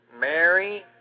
Mary